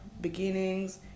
beginnings